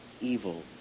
evil